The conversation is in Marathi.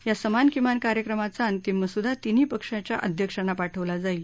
या समान किमान कार्यक्रमाचा अंतिम मसुदा तिन्ही पक्षांच्या अध्यक्षांना पाठवला जाईल